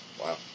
Wow